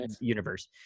universe